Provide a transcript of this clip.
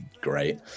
great